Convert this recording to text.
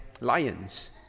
lions